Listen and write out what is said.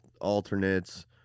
alternates